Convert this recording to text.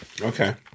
Okay